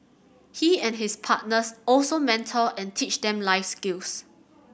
he and his partners also mentor and teach them life skills